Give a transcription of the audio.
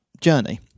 journey